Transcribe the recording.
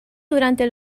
durante